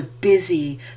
busy